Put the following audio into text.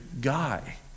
guy